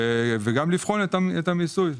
וגם לבחון את המיסוי.